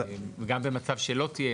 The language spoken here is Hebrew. גם במצב שלא תהיה.